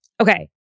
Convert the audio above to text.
Okay